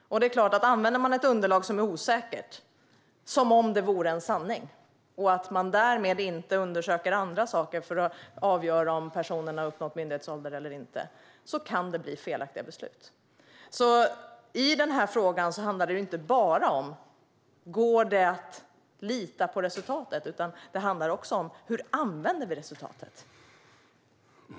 Om ett osäkert underlag används som om det vore en sanning, och därmed inte undersöker andra saker för att avgöra om personen har uppnått myndighetsålder eller inte, kan felaktiga beslut fattas. Det handlar inte bara om det går att lita på resultatet, utan det handlar också om hur vi använder resultatet.